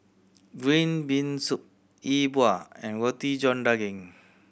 green bean soup E Bua and Roti John Daging